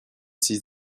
six